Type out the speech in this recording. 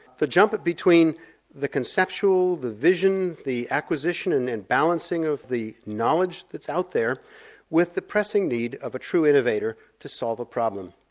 the jump between the conceptual, the vision, the acquisition and then and balancing of the knowledge that's out there with the pressing need of a true innovator to solve a problem.